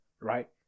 right